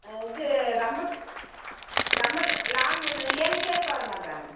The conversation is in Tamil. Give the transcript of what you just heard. இது ரம்பத்து ரம்பல் லாங் ஏழு பேர் போகறமாரிதாங்க